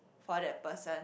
for that person